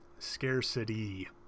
Scarcity